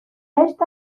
esta